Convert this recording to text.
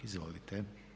Izvolite.